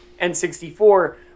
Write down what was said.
N64